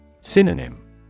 Synonym